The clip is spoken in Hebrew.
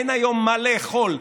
אין היום מה לאכול,